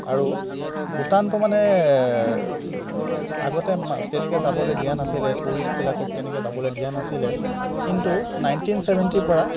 আৰু ভূটানটো মানে আগতে মা তেনেকৈ যাবলৈ দিয়া নাছিলে টুৰিষ্টবিলাকক তেনেকৈ যাবলৈ দিয়া নাছিলে কিন্তু নাইণ্টিন চেভেণ্টিৰ পৰা